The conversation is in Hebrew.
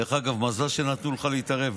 דרך אגב, מזל שנתנו לך להתערב.